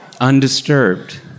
Undisturbed